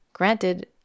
Granted